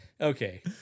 okay